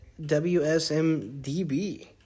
WSMDB